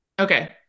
Okay